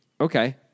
Okay